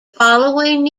following